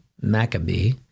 Maccabee